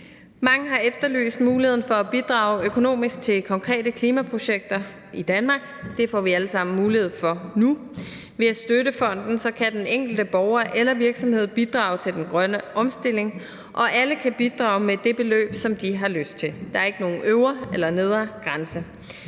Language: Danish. Mange har efterlyst muligheden for at bidrage økonomisk til konkrete klimaprojekter i Danmark – det får vi alle sammen mulighed for nu. Ved at støtte fonden kan den enkelte borger eller virksomhed bidrage til den grønne omstilling, og alle kan bidrage med det beløb, som de har lyst til. Der er ikke nogen øvre eller nedre grænse.